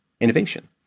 innovation